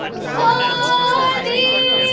for thee